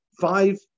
five